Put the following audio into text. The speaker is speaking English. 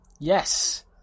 Yes